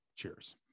Cheers